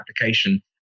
application